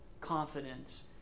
confidence